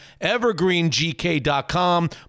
evergreengk.com